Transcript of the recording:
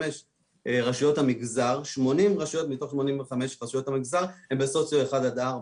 רשויות המגזר הן בסוציו-אקונומי 4-1,